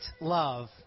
love